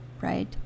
right